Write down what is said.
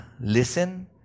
listen